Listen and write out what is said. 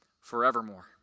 forevermore